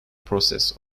process